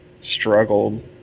struggled